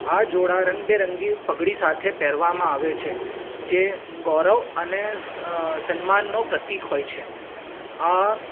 આ જોડા રંગબેરંગી પાઘડી સાથે પહેરવામાં આવે છે જે ગૌરવ અને સન્માનનું પ્રતીક હોઈ છે આ